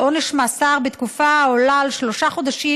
לעונש מאסר בפועל לתקופה העולה על שלושה חודשים